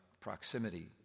proximity